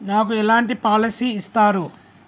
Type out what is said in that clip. నాకు ఎలాంటి పాలసీ ఇస్తారు?